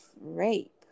rape